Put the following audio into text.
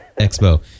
Expo